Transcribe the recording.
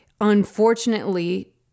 unfortunately